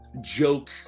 joke